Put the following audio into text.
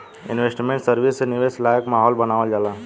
investment service से निवेश लायक माहौल बानावल जाला